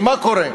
כי מה קורה?